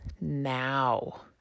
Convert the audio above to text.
now